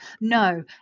No